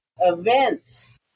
events